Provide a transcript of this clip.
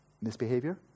misbehavior